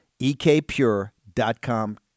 ekpure.com